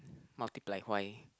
multiply why